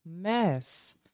mess